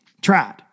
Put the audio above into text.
Tried